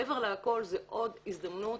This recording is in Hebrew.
מעבר להכול, זו עוד הזדמנות